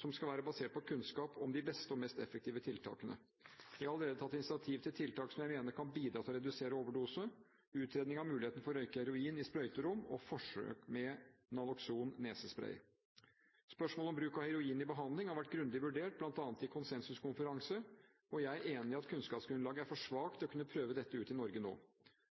som skal være basert på kunnskap om de beste og mest effektive tiltakene. Jeg har allerede tatt initiativ til tiltak som jeg mener kan bidra til å redusere overdosene: utredning av muligheten for å røyke heroin i sprøyterom og forsøk med Naloxon nesespray. Spørsmålet om bruk av heroin i behandling har vært grundig vurdert, bl.a. i en konsensuskonferanse. Jeg er enig i at kunnskapsgrunnlaget er for svakt til å kunne prøve dette ut i Norge nå.